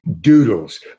doodles